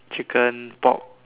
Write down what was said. chicken pork